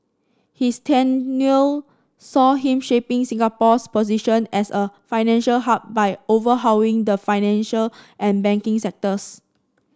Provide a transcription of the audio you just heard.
his tenure saw him shaping Singapore's position as a financial hub by overhauling the financial and banking sectors